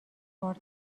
آرد